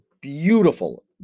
beautiful